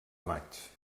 maig